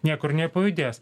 niekur nepajudės